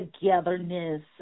togetherness